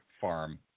farm